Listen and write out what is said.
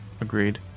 Agreed